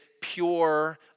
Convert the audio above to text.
pure